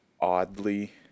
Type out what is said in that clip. oddly